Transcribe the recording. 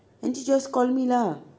angie just call me lah